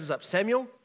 Samuel